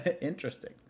Interesting